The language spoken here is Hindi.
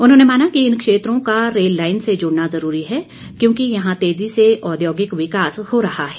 उन्होंने माना कि इन क्षेत्रों का रेल लाईन से जुड़ना जरूरी है क्योंकि यहां तेजी से औद्योगिक विकास हो रहा है